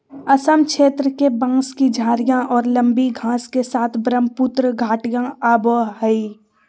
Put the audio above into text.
असम क्षेत्र के, बांस की झाडियाँ और लंबी घास के साथ ब्रहमपुत्र घाटियाँ आवो हइ